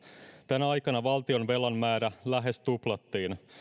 tänä aikana valtionvelan määrä lähes tuplattiin